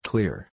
Clear